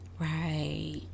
right